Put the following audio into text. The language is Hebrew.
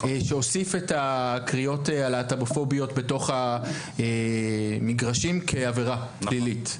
שהוסיף את הקריאות הלהט"בופוביות בתוך המגרשים כעבירה פלילית.